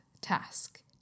task